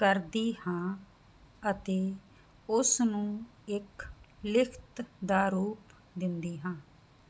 ਕਰਦੀ ਹਾਂ ਅਤੇ ਉਸ ਨੂੰ ਇੱਕ ਲਿਖਤ ਦਾ ਰੂਪ ਦਿੰਦੀ ਹਾਂ